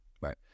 Right